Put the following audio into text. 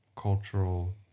Cultural